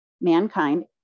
mankind